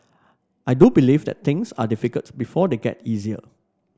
I do believe that things are difficult before they get easier